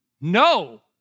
No